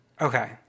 Okay